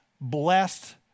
blessed